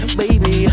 baby